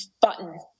button